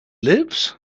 lives